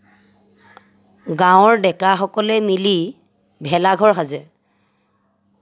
গাঁৱৰ ডেকাসকলে মিলি ভেলাঘৰ সাজে